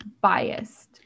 Biased